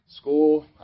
School